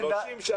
דסי,